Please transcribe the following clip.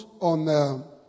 on